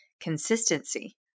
consistency